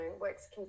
works